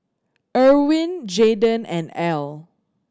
Ervin Jayden and Al